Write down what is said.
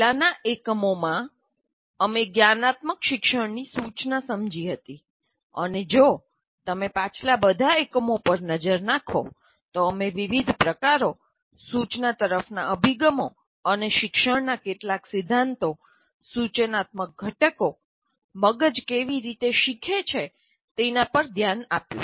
પહેલાના એકમમાં અમે જ્ઞાનાત્મક શિક્ષણ ની સૂચના સમજી હતી અને જો તમે પાછલા બધા એકમો પર નજર નાખો તો અમે વિવિધ પ્રકારો સૂચના તરફના અભિગમો અને શિક્ષણના કેટલાક સિદ્ધાંતો સૂચનાત્મક ઘટકો મગજ કેવી રીતે શીખે છે તેના પર ધ્યાન આપ્યું